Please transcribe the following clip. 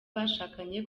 bashakanye